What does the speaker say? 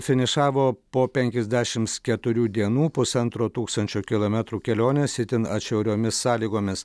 finišavo po penkiasdešims keturių dienų pusantro tūkstančio kilometrų kelionės itin atšiauriomis sąlygomis